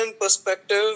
perspective